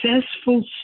successful